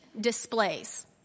displays